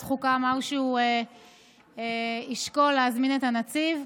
החוקה אמר שהוא ישקול להזמין את הנציב.